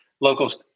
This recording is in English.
locals